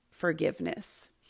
forgiveness